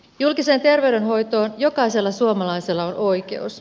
julkiseen terveydenhoitoon jokaisella suomalaisella on oikeus